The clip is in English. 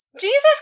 Jesus